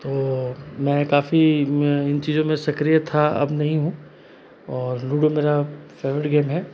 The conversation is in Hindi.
तो मैं काफ़ी इन चीज़ों में सक्रीय था अब नहीं हूँ और लूडो मेरा फेवरेट गेम है